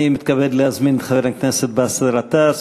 אני מתכבד להזמין את חבר הכנסת באסל גטאס.